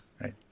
right